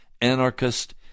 anarchist